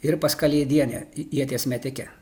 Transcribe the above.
ir pas kalėdienę ieties metike